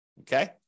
okay